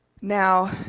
Now